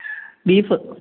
beef